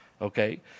okay